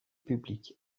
publics